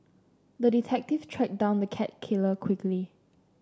the detective tracked down the cat killer quickly